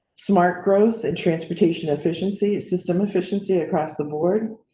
smart growth and transportation efficiency system efficiency across the board,